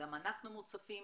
גם אנחנו מוצפים